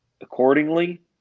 accordingly